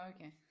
okay